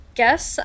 guess